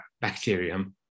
bacterium